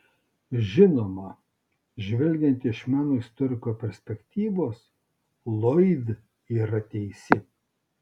žinoma žvelgiant iš meno istoriko perspektyvos loyd yra teisi